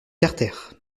carter